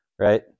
Right